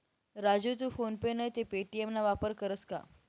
राजू तू PhonePe नैते Paytm ना वापर करस का?